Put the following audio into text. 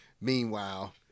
Meanwhile